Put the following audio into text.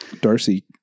Darcy